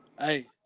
hey